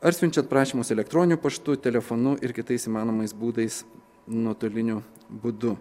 ar siunčiant prašymus elektroniniu paštu telefonu ir kitais įmanomais būdais nuotoliniu būdu